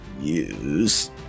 use